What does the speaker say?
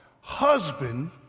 husband